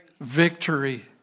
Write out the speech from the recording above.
Victory